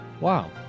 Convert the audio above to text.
Wow